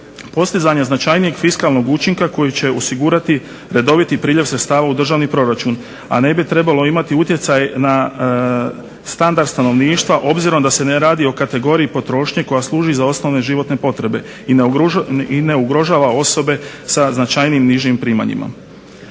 postizanja značajnijeg fiskalnog učinka koji će osigurati redoviti priljev sredstava u državni proračun, a ne bi trebalo imati utjecaj na standard stanovništva obzirom da se ne radi o kategoriji potrošnje koja služi za osnovne životne potrebe i ne ugrožava osobe sa značajnijim nižim primanjima.